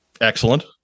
Excellent